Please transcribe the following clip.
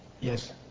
Yes